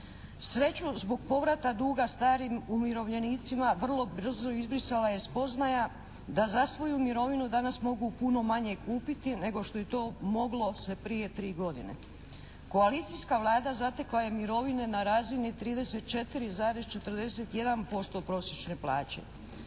Sreću zbog povrata duga starim umirovljenicima vrlo brzo izbrisala je spoznaja da za svoju mirovinu danas mogu puno manje kupiti nego što to moglo se prije 3 godine. Koalicijska vlada zatekla je mirovine na razini 34.41% prosječne plaće.